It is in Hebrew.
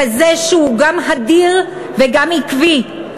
כזה שהוא גם הדיר וגם עקבי,